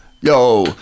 yo